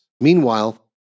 Meanwhile